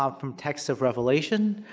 ah from texts of revelation.